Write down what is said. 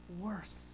worse